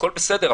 הכול בסדר.